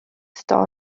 star